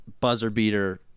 buzzer-beater